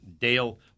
Dale